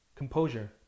composure